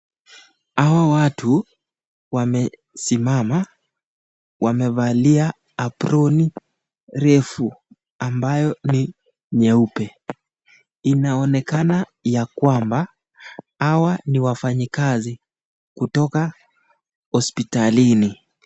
Hawa watu wamesimama wamevalia aproni refu ambayo ni nyeupe. Inaonekana ya kwamba hawa ni wafanyi kazi kutoka hospitalini.